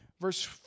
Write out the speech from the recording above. Verse